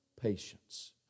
patience